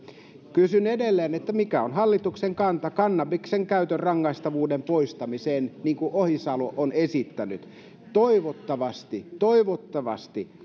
kysyn edelleen mikä on hallituksen kanta kannabiksen käytön rangaistavuuden poistamiseen niin kuin ohisalo on esittänyt toivottavasti toivottavasti